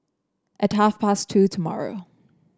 at half past two tomorrow